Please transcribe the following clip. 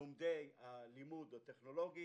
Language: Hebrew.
לומדי הלימוד הטכנולוגי.